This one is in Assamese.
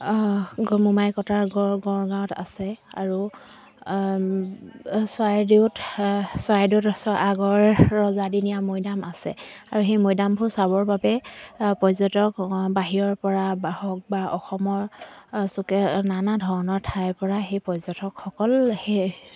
গ মোমাই কটাৰ গঁড় গড়গাঁৱত আছে আৰু চৰাইদেউত চৰাইদেউত আগৰ ৰজা দিনীয়া মৈদাম আছে আৰু সেই মৈদামবোৰ চাবৰ বাবে পৰ্যটক বাহিৰৰ পৰা ব হওক বা অসমৰ চুকে নানা ধৰণৰ ঠাইৰ পৰা সেই পৰ্যটকসকল সেই